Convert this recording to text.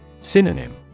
Synonym